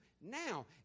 now